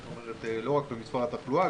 זאת אומרת שלא רק במס' התחלואה,